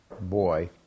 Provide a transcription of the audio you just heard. boy